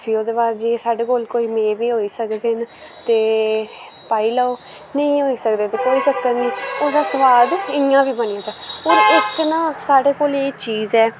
फ्ही ओह्दे बाद कोई मेवे होई सकदे न ते पाई लैओ नेईं होई सकदे ते कोई चक्कर नी ओह्दा स्वाद इ'यां बी बनी जंदा और इक न साढ़े कोल चीज़ ऐ